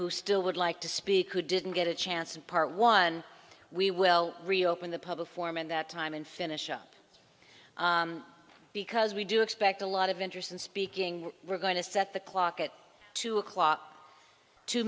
who still would like to speak who didn't get a chance in part one we will reopen the public form in that time and finish up because we do expect a lot of interest in speaking we're going to set the clock at two o'clock two